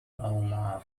omar